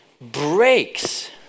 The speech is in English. breaks